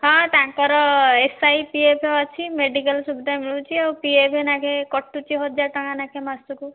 ହଁ ତାଙ୍କର S I P F ଅଛି ମେଡ଼ିକାଲ୍ ସୁବିଧା ମିଳୁଛି ଆଉ ପି ଏଫ୍ ଲେଖାଏଁ କଟୁଛି ହଜାର ଟଙ୍କା ଲେଖାଏଁ ମାସକୁ